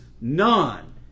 none